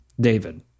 David